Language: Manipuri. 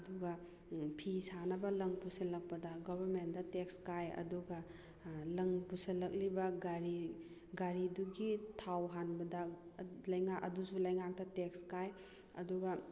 ꯑꯗꯨꯒ ꯐꯤ ꯁꯥꯅꯕ ꯂꯪ ꯄꯨꯁꯤꯜꯂꯛꯄꯗ ꯒꯚꯔꯟꯃꯦꯟꯗ ꯇꯦꯛꯁ ꯀꯥꯏ ꯑꯗꯨꯒ ꯂꯪ ꯄꯨꯁꯜꯂꯛꯂꯤꯕ ꯒꯥꯔꯤ ꯒꯥꯔꯤꯗꯨꯒꯤ ꯊꯥꯎ ꯍꯥꯟꯕꯗ ꯂꯩꯉꯥꯛ ꯑꯗꯨꯁꯨ ꯂꯩꯉꯥꯛꯇ ꯇꯦꯛꯁ ꯀꯥꯏ ꯑꯗꯨꯒ